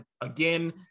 again